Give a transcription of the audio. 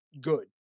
good